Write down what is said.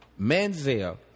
Manziel